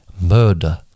murder